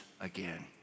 again